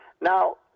now